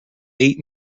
eight